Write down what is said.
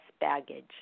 baggage